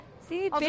see